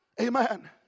Amen